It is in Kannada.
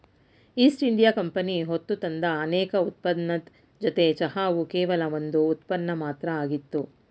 ಈಸ್ಟ್ ಇಂಡಿಯಾ ಕಂಪನಿ ಹೊತ್ತುತಂದ ಅನೇಕ ಉತ್ಪನ್ನದ್ ಜೊತೆ ಚಹಾವು ಕೇವಲ ಒಂದ್ ಉತ್ಪನ್ನ ಮಾತ್ರ ಆಗಿತ್ತು